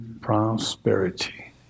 prosperity